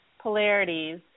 polarities